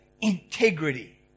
integrity